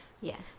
yes